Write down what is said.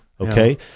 Okay